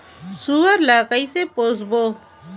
सुअर ला कइसे पोसबो?